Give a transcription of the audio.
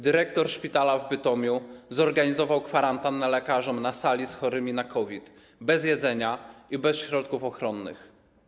Dyrektor szpitala w Bytomiu zorganizował kwarantannę lekarzom na sali z chorymi na COVID, bez jedzenia i bez środków ochronnych.